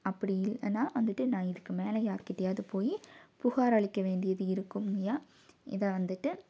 அப்படி இல்லைன்னா வந்துட்டு நான் வந்துட்டு இதுக்கு மேலே யார்க்கிட்டேயாவுது போய் புகார் அளிக்க வேண்டியது இருக்கும் ஐயா இதை வந்துட்டு